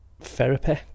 therapy